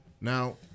Now